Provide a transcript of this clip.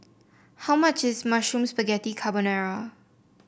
how much is Mushroom Spaghetti Carbonara